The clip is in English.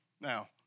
Now